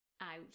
out